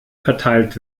verteilt